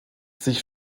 sich